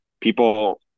people